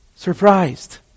surprised